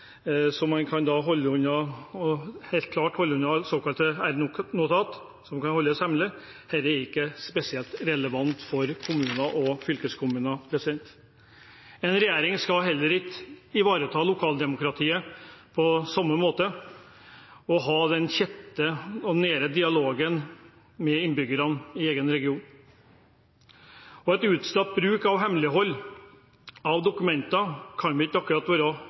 man helt klart kan holde unna såkalte R-notat, som kan holdes hemmelig. Dette er ikke spesielt relevant for kommuner og fylkeskommuner. En regjering skal heller ikke ivareta lokaldemokratiet på samme måte som disse og ha den kjente og nære dialogen med innbyggerne i egen region. En utstrakt bruk av hemmelighold av dokumenter kan ikke akkurat være